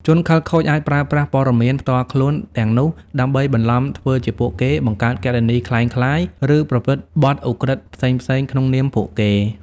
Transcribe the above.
ជនខិលខូចអាចប្រើប្រាស់ព័ត៌មានផ្ទាល់ខ្លួនទាំងនោះដើម្បីបន្លំធ្វើជាពួកគេ បង្កើតគណនីក្លែងក្លាយ ឬប្រព្រឹត្តបទឧក្រិដ្ឋផ្សេងៗក្នុងនាមពួកគេ។